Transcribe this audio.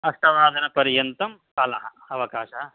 अष्टवादनपर्यन्तं कालः अवकाशः